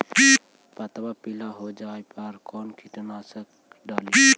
पतबा पिला हो जाबे पर कौन कीटनाशक डाली?